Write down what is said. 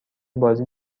بازی